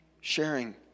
sharing